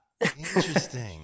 Interesting